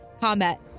combat